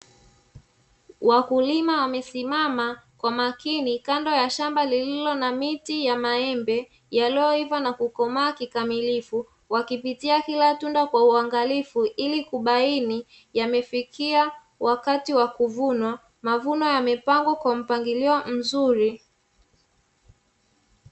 Wakulima wamesimama kwa makini kando ya shamba lililo na miti ya maembe yaliyoiva na kukomaa kikamilifu wakipitia kila tunda kwa uangalifu, ili kubaini yamefikia wakati wa kuvunwa mavuno yamepangwa kwa mpangilio mzuri.